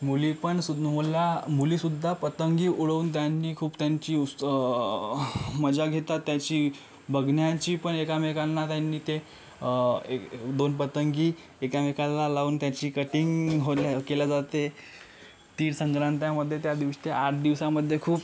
मुली पण सु मुलं मुलीसुद्धा पतंग उडवून त्यांनी खूप त्यांची उत्स मजा घेतात त्याची बघण्याची पण एकमेकांना त्यांनी ते ए दोन पतंग एकामेकाला लावून त्याची कटींग होल्या केल्या जाते तीळ संक्रांतीमध्ये त्या दिवशी त्या आठ दिवसामध्ये खूप